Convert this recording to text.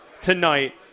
tonight